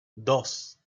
dos